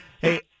Hey